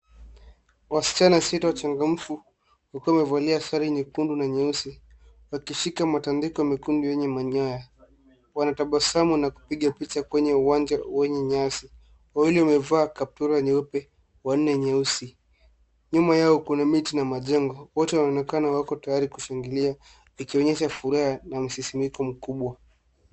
Wasichana sita wachangamfu, wakiwa wamevalia sare nyekundu na nyeusi, wakishika matandiko mekundu yenye manyoya. Wanatabasamu na kupiga picha kwenye uwanja wenye nyasi. Wawili wamevaa kaptura nyeupe, wanne nyeusi. Nyuma yao kuna miti na majengo. Wote wanaonekana wako tayari kushangilia, ikionyesha furaha na msisimuko mkubwa.